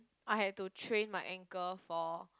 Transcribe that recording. I had to train my ankle for